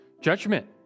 Judgment